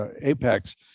apex